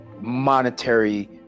monetary